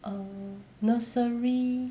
err nursery